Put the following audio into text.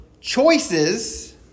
choices